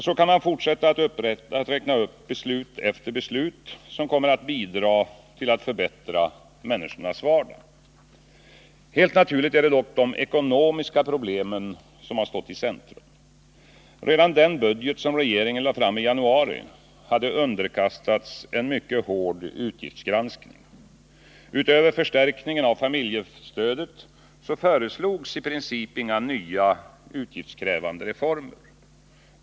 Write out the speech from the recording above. Så kan man fortsätta att räkna upp beslut efter beslut, som kommer att bidra till att förbättra människornas vardag. Helt naturligt är det dock de ekonomiska problemen som stått i centrum. Redan den budget som regeringen lade fram i januari hade underkastats en mycket hård utgiftsgranskning. Utöver förstärkningen av familjestödet föreslogs i princip inga nya utgiftskrävande reformer.